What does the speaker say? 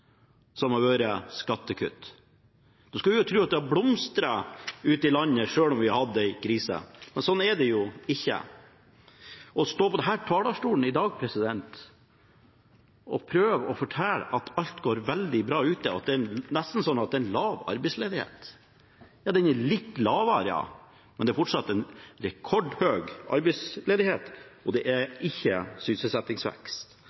som har vært skattekutt. Da skulle en tro at det hadde blomstret ute i landet, selv om vi har hatt en krise. Men slik er det ikke. Man står på denne talerstolen i dag og prøver å fortelle at alt går veldig bra ute, og at det nesten er slik at det er lav arbeidsledighet. Ja, den er litt lavere, men det er fortsatt en rekordhøy arbeidsledighet, og det